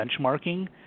benchmarking